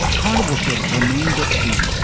carnival ships remained at sea,